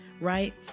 right